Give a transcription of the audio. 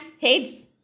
heads